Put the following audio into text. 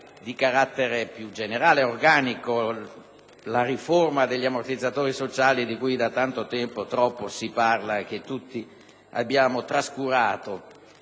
di carattere più generale ed organico, vedi la riforma degli ammortizzatori sociali, di cui da tanto tempo, troppo, si parla e che tutti abbiamo trascurato.